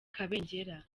kabengera